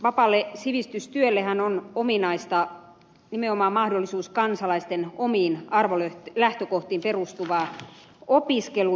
vapaalle sivistystyöllehän on ominaista nimenomaan mahdollisuus kansalaisten omiin arvolähtökohtiin perustuvaan opiskeluun